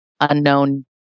unknown